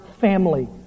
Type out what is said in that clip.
family